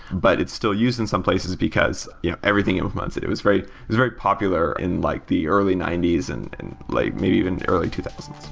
but it's still used in some places because yeah everything implements it. it was very was very popular in like the early ninety s and and like maybe even early two thousand